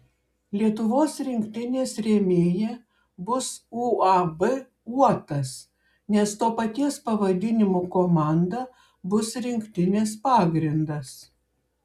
lietuvos rinktinės rėmėja bus uab uotas nes to paties pavadinimo komanda bus rinktinės pagrindas